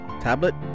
tablet